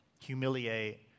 humiliate